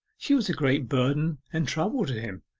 she was a great burden and trouble to him.